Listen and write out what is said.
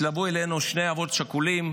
התלוו אלינו שני אבות שכולים: